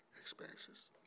experiences